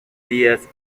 días